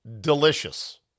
delicious